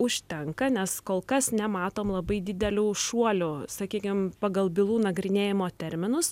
užtenka nes kol kas nematom labai didelių šuolių sakykim pagal bylų nagrinėjimo terminus